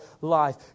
life